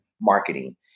marketing